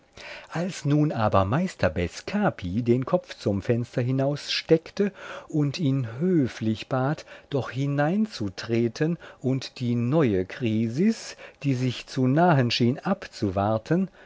als nun aber meister bescapi den kopf zum fenster hinaussteckte und ihn höflich bat doch hineinzutreten und die neue krisis die sich zu nahen schien abzuwarten